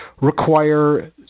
require